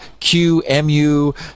QMU